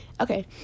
okay